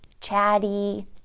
chatty